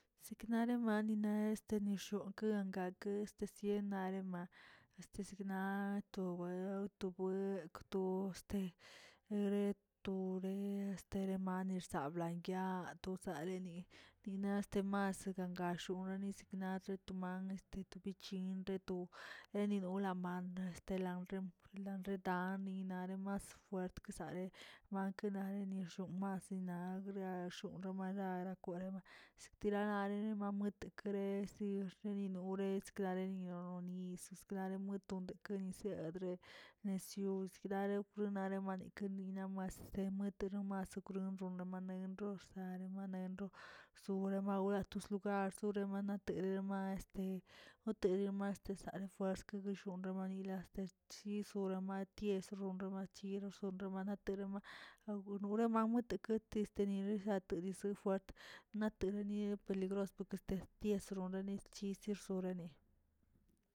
Seknane manina este nishongueankə gue este cien narem este sikna to buel, to buekw, to bostere, to re esterimarse bna tia to saleni ninas to masen ga yaxonela sikma tutu man este tu bichin to eninola ma naꞌ estela rin ratetan nina ni mas fuert kesae mankenane nix mas sina gria xonromana kwareba tirarene mamuiteke gues yirderemui wres klarerin nodes nare buentokene sabre nesio segdare nare manikə names nemuete mas okrun ronroma enrosaremu sure baura tus lugar serema atelma este notede ma este la fuers quegeushonnami milasterchi guisobrema yes ronroba yiro sonrenaba taraba anoremagu le kat este ni keti sede fuert natereni ni peligros ties ronrani chis ersoraseni.